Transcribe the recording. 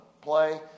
play